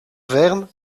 verne